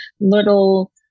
little